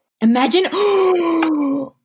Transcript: Imagine